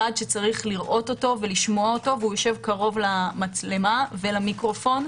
שצריך לראות ולשמוע אוו והוא יושב קרוב למצלמה ולמיקרופון.